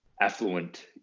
affluent